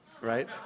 right